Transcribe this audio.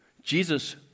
jesus